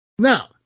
Now